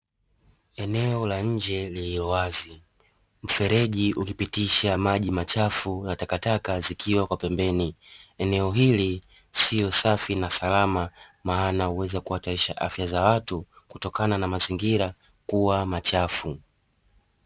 Eneo la nje lililowazi. Mfereji ukipitisha maji machafu na takataka zikiwa kwa pembeni. Eneo hili sio safi na salama maana huweza kuhatarisha afya za watu kutokana na mazingira kuwa machafu.